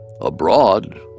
Abroad